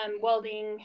welding